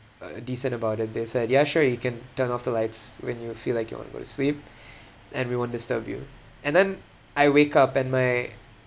uh decent about it they said ya sure you can turn off the lights when you feel like you want to go to sleep and we won't disturb you and then I wake up and my